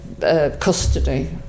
custody